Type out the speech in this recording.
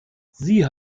sie